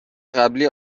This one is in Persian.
قبلی